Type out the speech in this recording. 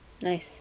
Nice